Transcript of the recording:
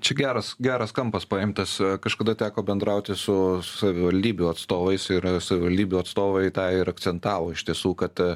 čia geras geras kampas paimtas kažkada teko bendrauti su savivaldybių atstovais ir savivaldybių atstovai tą ir akcentavo iš tiesų kad